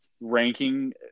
ranking